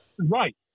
Right